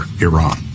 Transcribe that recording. Iran